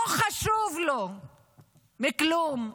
לא חשוב לו כלום.